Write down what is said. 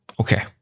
Okay